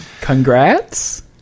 congrats